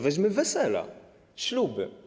Weźmy wesela, śluby.